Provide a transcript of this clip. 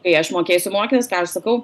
kai aš mokėsiu mokytis ką aš sakau